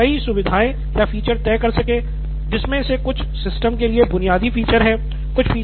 अंततः हम कई सुविधाएँ या फीचर तय कर सके जिनमे से कुछ सिस्टम के लिए बुनियादी फीचर हैं